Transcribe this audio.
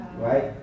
right